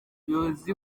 ubuyobozi